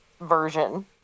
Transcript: version